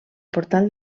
portal